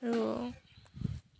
আৰু